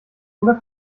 oder